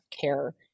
care